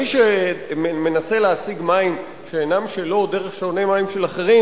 מי שמנסה להשיג מים שאינם שלו דרך שעוני מים של אחרים,